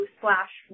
slash